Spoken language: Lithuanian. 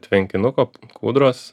tvenkinuko kūdros